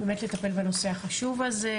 לטפל בנושא החשוב הזה,